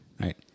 right